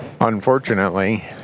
Unfortunately